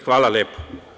Hvala lepo.